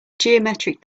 geometric